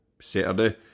Saturday